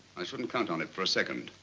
i shouldn't count on it for a second.